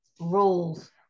rules